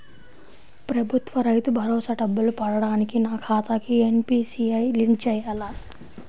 ప్రభుత్వ రైతు భరోసా డబ్బులు పడటానికి నా ఖాతాకి ఎన్.పీ.సి.ఐ లింక్ చేయాలా?